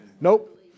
Nope